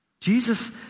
Jesus